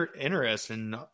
interesting